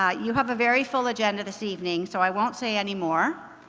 um you have a very full agenda this evening, so i won't say any more,